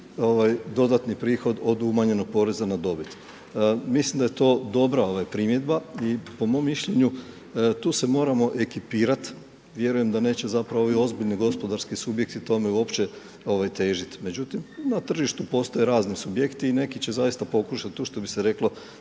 dodatni prihod od umanjenog poreza na dobit. Mislim da je to dobra primjedba i po mom mišljenju tu se moramo ekipirat. Vjerujem da neće zapravo ovi ozbiljni gospodarski subjekti tome uopće težiti. Međutim, na tržištu postoje razni subjekti i neki će zaista pokušati to što bi se reklo